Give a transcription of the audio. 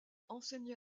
enseigna